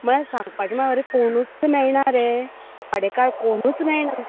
म्हळ्यार सांगपाचें म्हळ्यार आरे कोणूच मेळना रे पाडेकार कोणूच मेळना